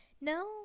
No